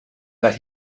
that